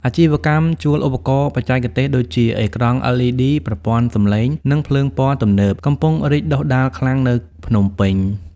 អាជីវកម្មជួលឧបករណ៍បច្ចេកទេស ដូចជា អេក្រង់ LED ប្រព័ន្ធសម្លេង និងភ្លើងពណ៌ទំនើប កំពុងរីកដុះដាលខ្លាំងនៅភ្នំពេញ។